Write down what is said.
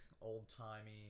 old-timey